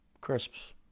Crisps